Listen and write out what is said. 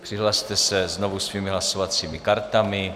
Přihlaste se znovu svými hlasovacími kartami.